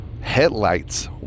headlights